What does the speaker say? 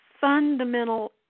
fundamental